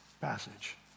passage